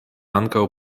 ankaŭ